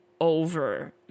over